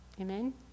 Amen